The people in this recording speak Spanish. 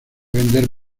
vender